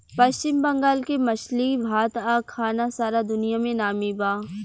पश्चिम बंगाल के मछली भात आ खाना सारा दुनिया में नामी बा